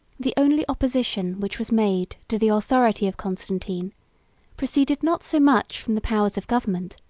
the only opposition which was made to the authority of constantine proceeded not so much from the powers of government,